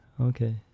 okay